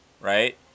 right